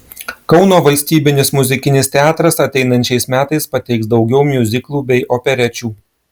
kauno valstybinis muzikinis teatras ateinančiais metais pateiks daugiau miuziklų bei operečių